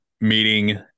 meeting